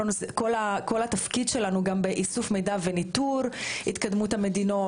כל התפקיד שלנו גם באיסוף מידע וניטור התקדמות המדינות,